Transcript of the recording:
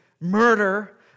murder